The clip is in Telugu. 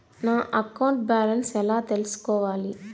నా అకౌంట్ బ్యాలెన్స్ ఎలా తెల్సుకోవాలి